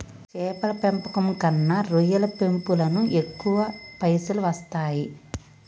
చేపల పెంపకం కన్నా రొయ్యల పెంపులను ఎక్కువ పైసలు వస్తాయి